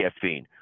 caffeine